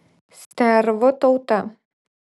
stervų tauta